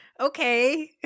Okay